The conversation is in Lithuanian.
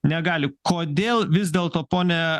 negali kodėl vis dėlto pone